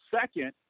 second